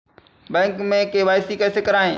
Bank में KYC कैसे करायें?